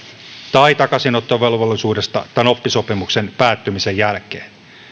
tai takaisinottovelvollisuudesta tämän oppisopimuksen päättymisen jälkeen